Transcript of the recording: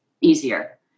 easier